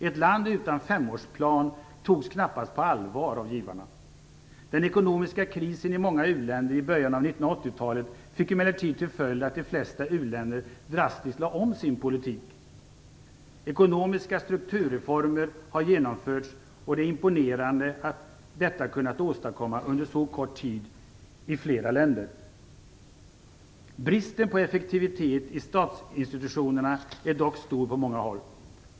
Ett land utan femårsplan togs knappast på allvar av givarna. Den ekonomiska krisen i många uländer i början av 1980-talet fick emellertid till följd att de flesta u-länder drastiskt lade om sin politik. Ekonomiska strukturreformer har genomförts, och det är imponerande att detta har kunnat åstadkommas under så kort tid i flera länder. Bristen på effektivitet i statsinstitutionerna är dock stor på många håll.